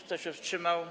Kto się wstrzymał?